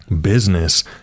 business